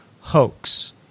hoax